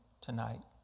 tonight